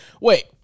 Wait